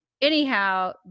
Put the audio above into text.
anyhow